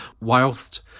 whilst